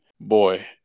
Boy